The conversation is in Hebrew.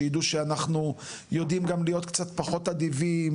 שידעו שאנחנו יודעים גם להיות קצת פחות אדיבים